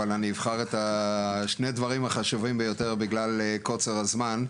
אבל אני אבחר בשני דברים החשובים ביותר בגלל קוצר הזמן.